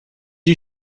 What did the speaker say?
you